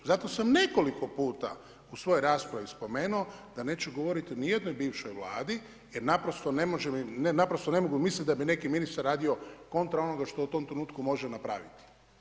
Zato sam nekoliko puta u svojoj raspravi spomenuo da neću govoriti niti o jednoj bivšoj Vladi jer naprosto ne možemo, naprosto ne mogu misliti da bi neki ministar radio kontra onoga što u tom trenutku može napraviti.